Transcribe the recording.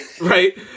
right